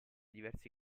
diversi